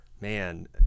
man